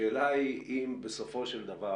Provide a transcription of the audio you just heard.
השאלה היא אם בסופו של דבר,